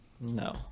No